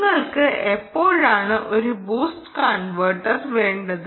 നിങ്ങൾക്ക് എപ്പോഴണ് ഒരു ബൂസ്റ്റ് കൺവെർട്ടർ വേണ്ടത്